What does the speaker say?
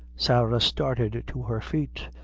sarah started to her feet,